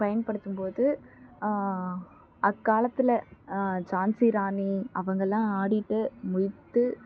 பயன்படுத்தும்போது அக்காலத்தில் ஜான்சி ராணி அவங்களெல்லாம் ஆடிவிட்டு முடித்து